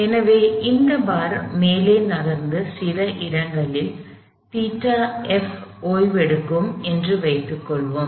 எனவே இந்த பார் மேலே நகர்ந்து சில இடங்களில் ϴf ஓய்வெடுக்கும் என்று வைத்துக்கொள்வோம்